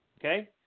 okay